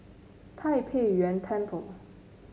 Tai Pei Yuen Temple